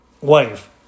wife